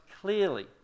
clearly